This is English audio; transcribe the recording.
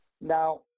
Now